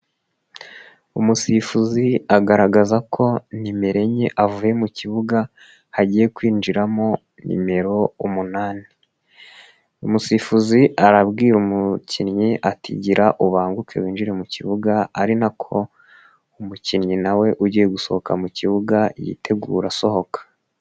Umusifuzi agaragaza ko nimero enye avuye mu kibuga, hagiye kwinjiramo nimero umunani. Umusifuzi arabwira umukinnyi ati gira ubanguke winjire mu kibuga ari nako umukinnyi nawe ugiye gusohoka mu kibuga yitegura asohoka.